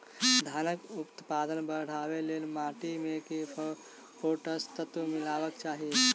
धानक उत्पादन बढ़ाबै लेल माटि मे केँ पोसक तत्व मिलेबाक चाहि?